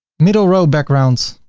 middle row backgrounds,